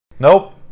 Nope